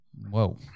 Whoa